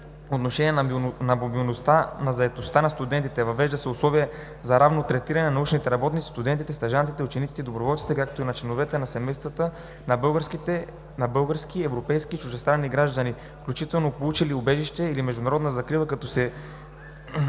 отношение на мобилността и заетостта на студентите. Въвеждат се условията за равно третиране на научните работници, студентите, стажантите, учениците и доброволците, както и на членовете на семействата на български, европейски и чужди граждани, включително получили убежище или международна закрила, като за